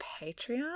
Patreon